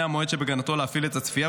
המועד שבכוונתו להפעיל בו את הצפייה,